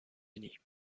unis